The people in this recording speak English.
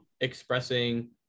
expressing